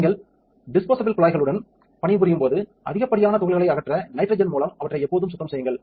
நீங்கள் டிஸ்போஸபிள் குழாய்களுடன் பணிபுரியும் போது அதிகப்படியான துகள்களை அகற்ற நைட்ரஜன் மூலம் அவற்றை எப்போதும் சுத்தம் செய்யுங்கள்